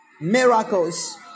miracles